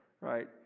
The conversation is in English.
right